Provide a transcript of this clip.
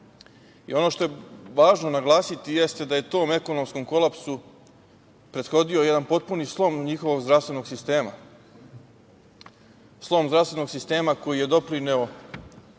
Ono što je važno naglasiti jeste da je tom ekonomskom kolapsu prethodio jedan potpuni slom njihovog zdravstvenog sistema, slom zdravstvenog sistema koji je doprineo